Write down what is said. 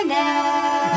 now